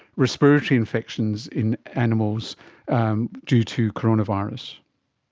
respiratory infections in animals due to coronavirus?